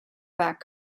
back